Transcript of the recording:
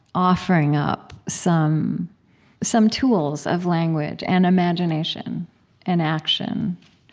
offering up some some tools of language and imagination and action.